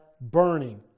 burning